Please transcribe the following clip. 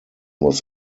was